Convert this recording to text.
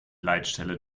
leitstelle